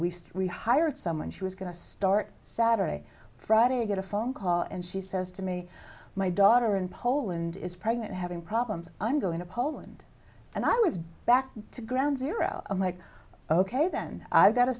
we rehired someone she was going to start saturday friday to get a phone call and she says to me my daughter in poland is pregnant having problems i'm going to poland and i was back to ground zero i'm like ok then i've got